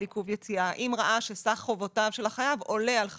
עיכוב יציאה אם ראה שסך חובותיו של החייב עולה על 50,000,